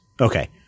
Okay